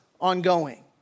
ongoing